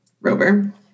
rover